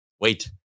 Wait